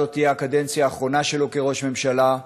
זו תהיה הקדנציה האחרונה שלו כראש ממשלה,